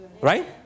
right